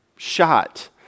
shot